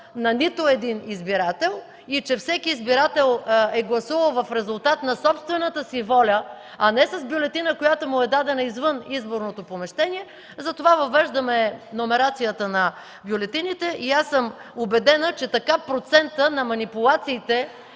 на нито един избирател и че всеки избирател е гласувал в резултат на собствената си воля, а не с бюлетина, която му е дадена извън изборното помещение; въвеждаме номерацията на бюлетините. Убедена съм, че така процентът на манипулациите